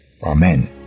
Amen